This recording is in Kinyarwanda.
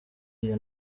iyo